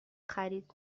خرید